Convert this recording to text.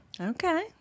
Okay